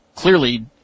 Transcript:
Clearly